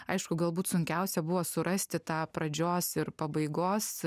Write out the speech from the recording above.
aišku galbūt sunkiausia buvo surasti tą pradžios ir pabaigos